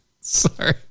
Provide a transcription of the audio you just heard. Sorry